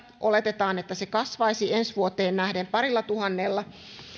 oletetaan että se kasvaisi ensi vuoteen nähden parillatuhannella